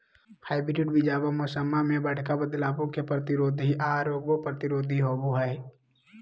hybrid बीजावा मौसम्मा मे बडका बदलाबो के प्रतिरोधी आ रोगबो प्रतिरोधी होबो हई